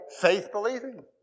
faith-believing